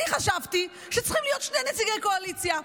אני חשבתי שצריכים להיות שני נציגי קואליציה.